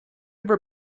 ever